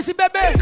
baby